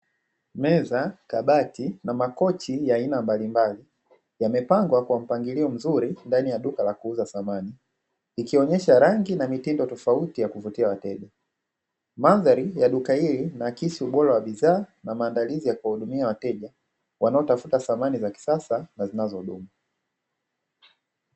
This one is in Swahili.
Meza, kabati na makochi ya aina mbalimbali, yamepangwa kwa mpangilio mzuri ndani ya duka la kuuza samani. Ikionyesha rangi na mitindo tofauti ya kuvutia wateja. Mandhari ya duka hili linaakisi ubora wa bidhaa, na maandalizi ya kuwahudumia wateja, wanaotafuta samani za kisasa na zinazodumu.